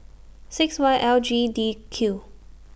six Y L G D Q